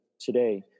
today